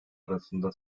arasında